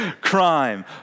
crime